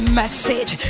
message